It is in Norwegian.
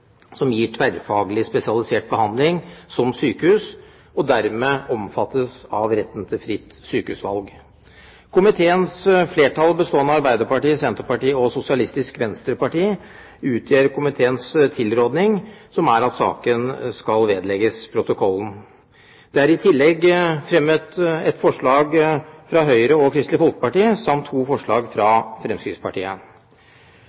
som gir tverrfaglig spesialisert behandling som sykehus og dermed omfattes av retten til fritt sykehusvalg. Komiteens flertall, bestående av Arbeiderpartiet, Senterpartiet og Sosialistisk Venstreparti, står bak komiteens tilrådning, som er at saken skal vedlegges protokollen. Det er i tillegg fremmet ett forslag fra Høyre og Kristelig Folkeparti samt to forslag